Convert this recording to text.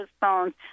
phones